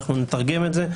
אנחנו נתרגם את זה,